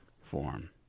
form